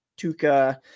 Tuca